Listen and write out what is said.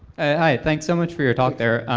hi, thanks so much for your talk there.